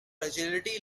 agility